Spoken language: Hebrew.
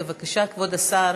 בבקשה, כבוד השר,